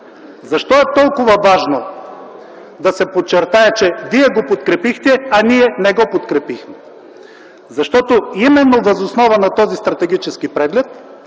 Защо е толкова важно да се подчертае, че вие го подкрепихте, а ние не го подкрепихме? Защото именно въз основа на този стратегически преглед